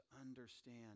understand